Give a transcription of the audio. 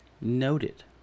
noted